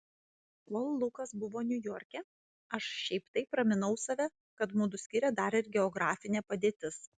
kol lukas buvo niujorke aš šiaip taip raminau save kad mudu skiria dar ir geografinė padėtis